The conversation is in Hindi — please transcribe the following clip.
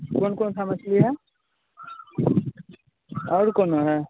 कौन कौन सा मछली है और कोनो है